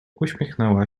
uśmiechnęła